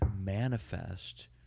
manifest